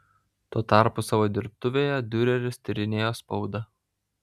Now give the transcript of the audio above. tuo tarpu savo dirbtuvėje diureris tyrinėjo spaudą